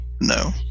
No